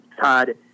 Todd